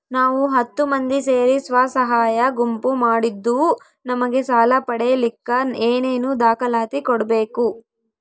ನಾವು ಹತ್ತು ಮಂದಿ ಸೇರಿ ಸ್ವಸಹಾಯ ಗುಂಪು ಮಾಡಿದ್ದೂ ನಮಗೆ ಸಾಲ ಪಡೇಲಿಕ್ಕ ಏನೇನು ದಾಖಲಾತಿ ಕೊಡ್ಬೇಕು?